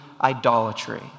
idolatry